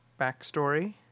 backstory